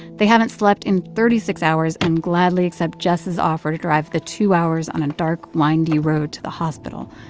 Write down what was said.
they haven't slept in thirty six hours and gladly accept jess' offer to drive the two hours on a dark, windy road to the hospital.